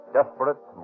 Desperate